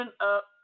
up